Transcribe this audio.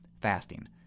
fasting